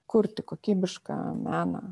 kurti kokybišką meną